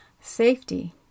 Safety